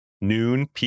Noon